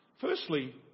Firstly